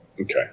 Okay